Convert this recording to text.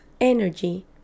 energy